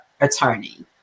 attorney